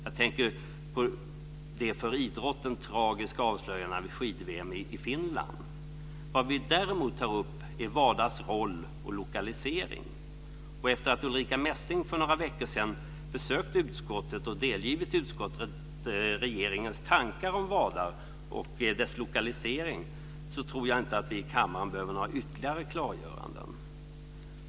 Jag tänker på de för idrotten tragiska avslöjandena vid skid-VM i Finland. Vad vi däremot tar upp är WA DA:s roll och lokalisering. Efter att Ulrica Messing för några veckor sedan besökt utskottet och delgivit utskottet regeringens tankar om WADA och dess lokalisering tror jag inte att vi i kammaren behöver några ytterligare klargöranden.